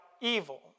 evil